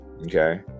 okay